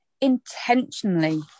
intentionally